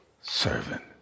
servant